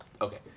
Okay